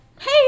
hey